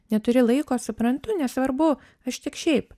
neturi laiko suprantu nesvarbu aš tik šiaip